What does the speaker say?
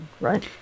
right